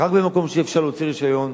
רק במקום שיהיה אפשר להוציא רשיון,